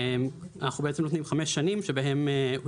אנחנו בעצם נותנים חמש שנים שבהן הוא